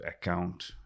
account